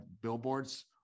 billboards